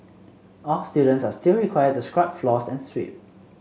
all students are still required to scrub floors and sweep